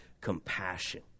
compassion